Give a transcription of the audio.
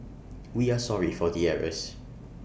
we are sorry for the errors